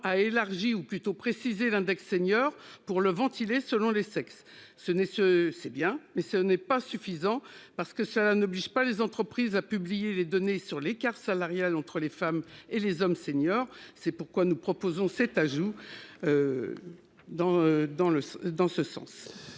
a élargi ou plutôt précisé l'index senior pour le ventiler selon les sexes, ce n'est-ce c'est bien mais ce n'est pas suffisant parce que cela n'oblige pas les entreprises à publier les données sur l'écart salarial entre les femmes et les hommes. Seniors. C'est pourquoi nous proposons cet ajout. Dans, dans